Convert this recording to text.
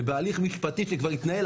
ובהליך משפטי שכבר התנהל,